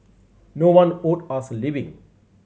no one owed us a living